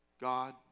God